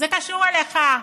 זה קשור אליך,